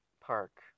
Park